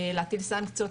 להטיל סנקציות,